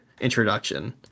introduction